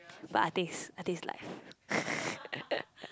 but I think it's I think it's live